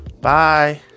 Bye